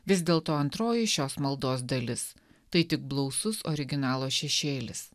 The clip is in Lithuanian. vis dėlto antroji šios maldos dalis tai tik blausus originalo šešėlis